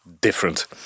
different